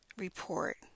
report